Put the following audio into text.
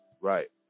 right